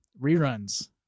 reruns